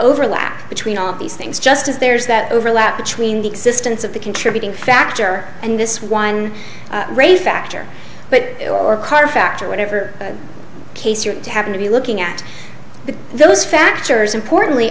overlap between all these things just as there's that overlap between the existence of the contributing factor and this one race factor but or car factor whatever case you happen to be looking at those factors importantly